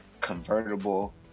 convertible